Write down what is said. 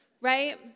right